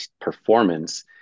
performance